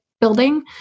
building